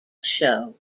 show